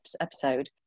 episode